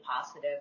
positive